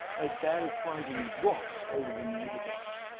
as bad as finding rocks older than the universe.